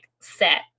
set